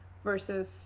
versus